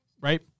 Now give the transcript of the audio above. right